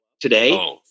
today